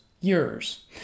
years